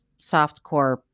softcore